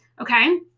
okay